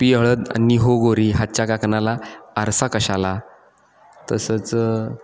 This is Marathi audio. पी हळद आणि हो गोरी हातच्या काकणाला आरसा कशाला तसंच